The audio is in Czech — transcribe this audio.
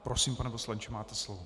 Prosím, pane poslanče, máte slovo.